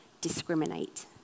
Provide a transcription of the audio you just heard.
discriminate